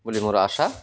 ବୋଲି ମୋର ଆଶା